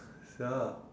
sia